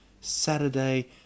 Saturday